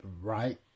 Right